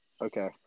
Okay